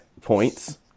points